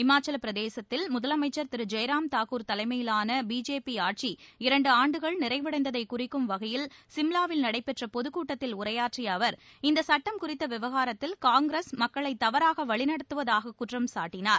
இமாச்சலப்பிரதேசத்தில் முதலமைச்சர் திரு ஜெய்ராம் தாகூர் தலைமையிவான பிஜேபி ஆட்சி இரண்டு ஆண்டுகள் நிறைவடைந்ததை குறிக்கும் வகையில் சிம்லாவில் நடைபெற்ற பொதுக்கூட்டத்தில் உரையாற்றிய அவர் இந்த சட்டம் குறித்த விவகாரத்தில் காங்கிரஸ் மக்களை தவறாக வழிநடத்துவதாக குற்றம் சாட்டினார்